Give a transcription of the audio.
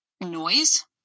noise